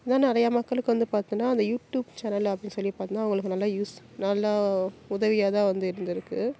இதுதான் நிறையா மக்களுக்கு வந்து பார்த்தின்னா இந்த யூடியூப் சேனல் அப்படின்னு சொல்லி பார்த்தின்னா அவங்களுக்கு நல்லா யூஸ் நல்லா உதவியாக தான் வந்து இருந்துருக்குது